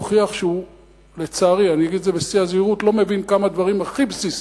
הוכיח שהוא לא מבין כמה דברים הכי בסיסיים.